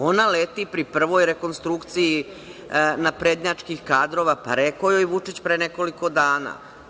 Ona leti pri prvoj rekonstrukciji naprednjačkih kadrova, rekao je Vučić pre nekoliko dana.